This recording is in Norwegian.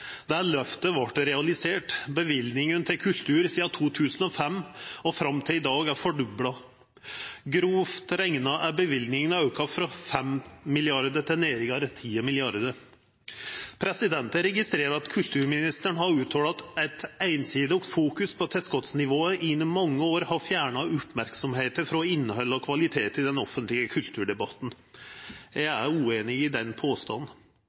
Det løftet vart realisert. Løyvingane til kultur sidan 2005 og fram til i dag er fordobla. Grovt rekna er løyvinga auka frå 5 mrd. kr til nærare 10 mrd. kr. Eg registrerer at kulturministeren har uttala at eit einsidig fokus på tilskottsnivået i mange år har fjerna merksemda frå innhald og kvalitet i den offentlege kulturdebatten. Eg er ueinig i den